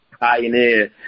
Pioneer